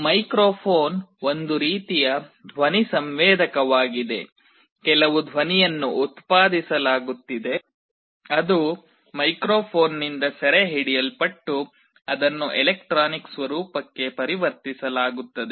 microphone ಒಂದು ರೀತಿಯ ಧ್ವನಿ ಸಂವೇದಕವಾಗಿದೆ ಕೆಲವು ಧ್ವನಿಯನ್ನು ಉತ್ಪಾದಿಸಲಾಗುತ್ತಿದೆ ಅದು ಮೈಕ್ರೊಫೋನ್ನಿಂದ ಸೆರೆಹಿಡಿಯಲ್ಪಟ್ಟು ಅದನ್ನು ಎಲೆಕ್ಟ್ರಾನಿಕ್ ಸ್ವರೂಪಕ್ಕೆ ಪರಿವರ್ತಿಸಲಾಗುತ್ತದೆ